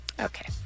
Okay